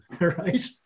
right